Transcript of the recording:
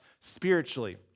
spiritually